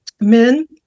men